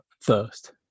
first